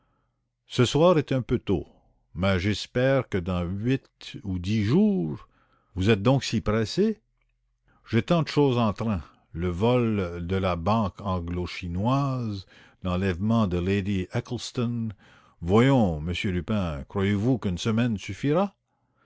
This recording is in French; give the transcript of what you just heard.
ce soir c'est un peu tôt mais j'espère que dans huit ou dix jours j'ai tant de choses en train le vol de la banque anglo chinoise l'enlèvement de lady egerton voyons m lupin croyez-vous que cela suffira